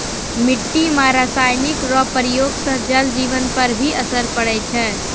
मिट्टी मे रासायनिक रो प्रयोग से जल जिवन पर भी असर पड़ै छै